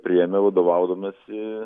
priėmė vadovaudamiesi